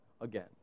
again